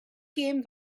gêm